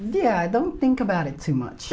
yeah i don't think about it too much